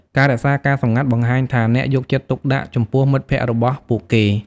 ការរក្សាការសម្ងាត់បង្ហាញថាអ្នកយកចិត្តទុកដាក់ចំពោះមិត្តភាពរបស់ពួកគេ។